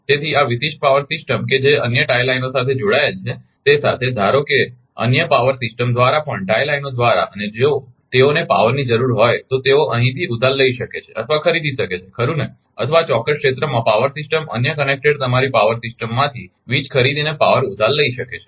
તેથી આ વિશિષ્ટ પાવર સિસ્ટમ કે જે અન્ય ટાઈ લાઇનો સાથે જોડાયેલ છે તે સાથે ધારો કે કે અન્ય પાવર સિસ્ટમ દ્વારા પણ ટાઇ લાઇનો દ્વારા અને જો તેઓને પાવરની જરૂર હોય તો તેઓ અહીંથી ઉધાર લઈ શકે છે અથવા ખરીદી કરી શકે છે ખરુ ને અથવા આ ચોક્કસ ક્ષેત્રમાં પાવર સિસ્ટમ અન્ય કનેક્ટેડ તમારી પાવર સિસ્ટમમાંથી વીજ ખરીદીને પાવર ઉધાર લઈ શકે છે